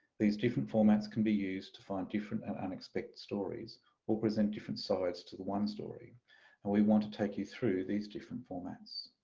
these different formats can be used to find different and unexpected stories or present different sides to the one story and we want to take you through these different formats.